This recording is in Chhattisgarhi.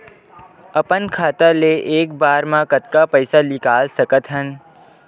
अपन खाता ले एक बार मा कतका पईसा निकाल सकत हन?